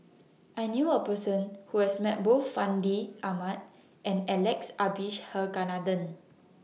I knew A Person Who has Met Both Fandi Ahmad and Alex Abisheganaden